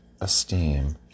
esteem